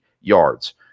yards